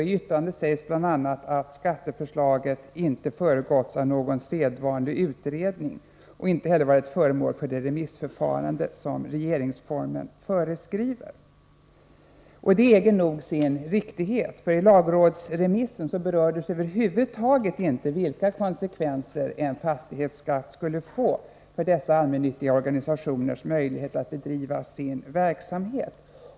I yttrandet sägs bl.a. att skatteförslaget inte föregåtts av någon sedvanlig utredning och inte heller varit föremål för det remissförfarande som regeringsformen föreskriver. Detta äger nog sin riktighet. I lagrådsremissen berördes nämligen över huvud taget inte vilka konsekvenser fastighetsskatten skulle få för allmännyttiga organisationers möjligheter att bedriva sin verksamhet.